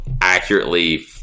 accurately